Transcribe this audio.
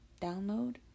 download